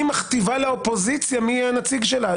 היא מכתיבה לאופוזיציה מי יהיה הנציג שלה,